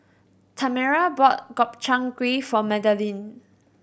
Tamera bought Gobchang Gui for Madalyn